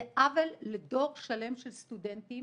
זה עוול לדור שלם של סטודנטים